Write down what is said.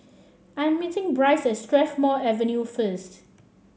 I'm meeting Brice at Strathmore Avenue first